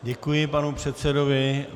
Děkuji panu předsedovi.